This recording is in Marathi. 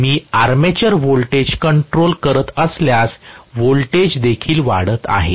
मी आर्मेचर व्होल्टेज कंट्रोल करत असल्यास व्होल्टेज देखील वाढत आहे